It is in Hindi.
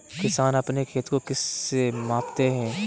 किसान अपने खेत को किससे मापते हैं?